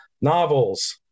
novels